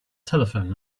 telephone